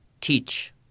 teach